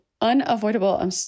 unavoidable